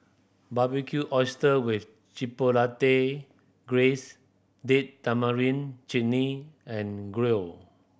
Barbecued Oyster with Chipotle Glaze Date Tamarind Chutney and Gyro